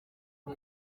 ibi